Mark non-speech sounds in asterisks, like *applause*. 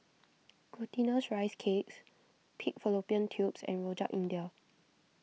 *noise* Glutinous Rice Cakes Pig Fallopian Tubes and Rojak India *noise*